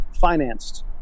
financed